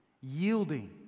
Yielding